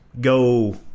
go